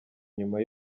nyuma